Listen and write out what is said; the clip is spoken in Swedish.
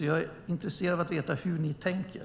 Jag är intresserad av att veta hur ni tänker.